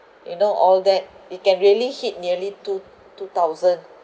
you know all that it can really hit nearly two two thousand